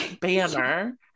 banner